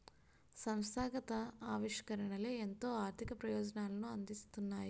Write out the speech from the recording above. సంస్థాగత ఆవిష్కరణలే ఎంతో ఆర్థిక ప్రయోజనాలను అందిస్తున్నాయి